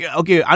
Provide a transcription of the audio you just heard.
okay